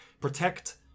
protect